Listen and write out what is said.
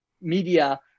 media